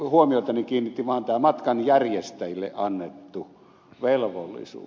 huomiotani kiinnitti vaan tämä matkanjärjestäjille annettu velvollisuus